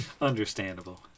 Understandable